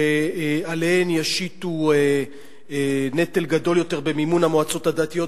שעליהן ישיתו נטל גדול יותר במימון המועצות הדתיות,